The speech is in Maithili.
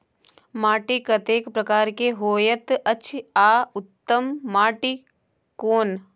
माटी कतेक प्रकार के होयत अछि आ उत्तम माटी कोन?